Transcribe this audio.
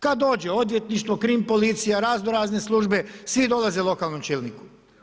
Kad dođe odvjetništvo, KRIM policija, razno razne službe, svi dolaze lokalnom čelniku.